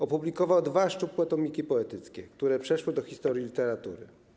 Opublikował dwa szczupłe tomiki poetyckie, które przeszły do historii literatury.